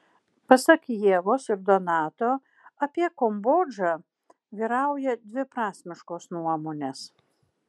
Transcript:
pasak ievos ir donato apie kambodžą vyrauja dviprasmiškos nuomonės